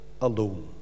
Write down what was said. alone